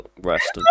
rest